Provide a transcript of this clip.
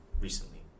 recently